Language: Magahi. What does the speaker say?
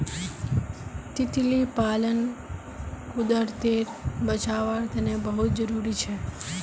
तितली पालन कुदरतेर बचाओर तने बहुत ज़रूरी छे